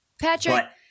Patrick